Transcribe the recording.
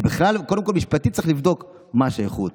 קודם כול משפטית, צריך לבדוק מה השייכות.